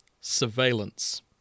Surveillance